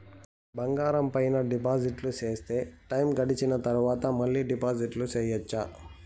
బంగారం పైన డిపాజిట్లు సేస్తే, టైము గడిసిన తరవాత, మళ్ళీ డిపాజిట్లు సెయొచ్చా?